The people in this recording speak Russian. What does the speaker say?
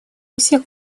всех